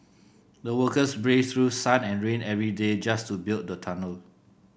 the workers braved through sun and rain every day just to build the tunnel